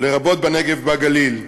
לרבות בנגב ובגליל.